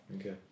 Okay